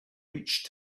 reach